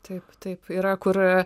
taip taip yra kur